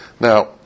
Now